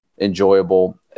enjoyable